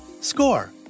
Score